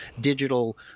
digital